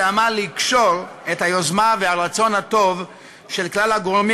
שעמל לקשור את היוזמה והרצון הטוב של כלל הגורמים